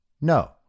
No